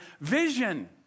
Vision